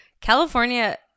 California